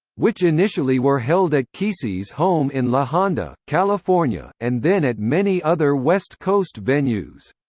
which initially were held at kesey's home in la honda, california, and then at many other west coast venues.